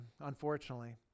unfortunately